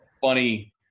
funny